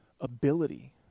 ability